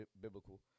biblical